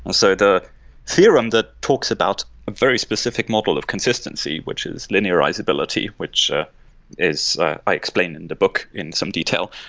ah so the theorem that talks about a very specific model of consistency, which is linearizability, which ah ah i explained in the book in some detail.